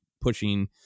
pushing